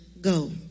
go